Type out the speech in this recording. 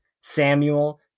Samuel